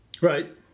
right